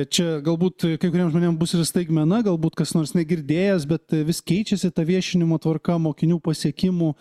čia galbūt kai kuriem žmonėm bus ir staigmena galbūt kas nors negirdėjęs bet vis keičiasi ta viešinimo tvarka mokinių pasiekimų